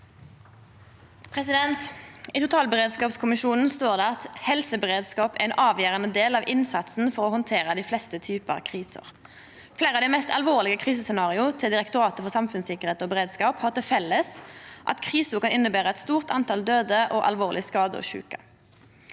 porten frå totalberedskapskommisjonen står det: «Helseberedskap er en avgjørende del av innsatsen for å håndtere de fleste typer kriser. Flere av de mest alvorlige krisescenarioene til Direktoratet for samfunnssikkerhet og beredskap (DSB) har til felles at krisen kan innebære et stort antall døde og alvorlige skadde og syke.»